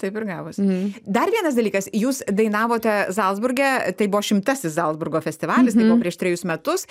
taip ir gavos dar vienas dalykas jūs dainavote zalcburge tai buvo šimtasis zalcburgo festivalis tai buvo prieš trejus metus